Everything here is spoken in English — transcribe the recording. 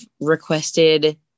requested